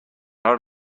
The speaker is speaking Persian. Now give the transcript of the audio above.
حال